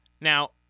Now